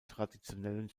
traditionellen